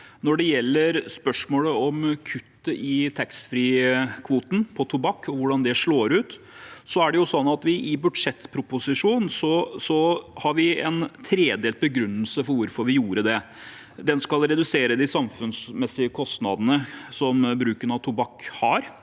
Når det gjelder spørsmålet om kuttet i taxfree-kvoten på tobakk og hvordan det slår ut, har vi i budsjettproposisjonen en tredelt begrunnelse for hvorfor vi gjorde det: Det skal redusere de samfunnsmessige kostnadene bruken av tobakk har,